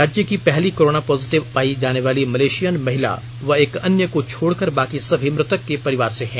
राज्य की पहली कोरोना पॉजिटिव पाई जाने वाली मलेशियन महिला व एक अन्य को छोडकर बाकी सभी मृतक के परिवार से हैं